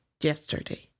yesterday